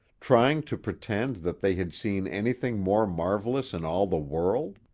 trying to pretend that they had seen anything more marvelous in all the world?